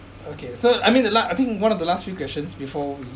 okay so I mean the la~ I think one of the last few questions before we